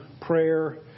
prayer